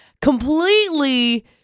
completely